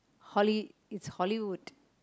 holly is hollywood